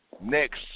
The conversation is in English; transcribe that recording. Next